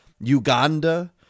Uganda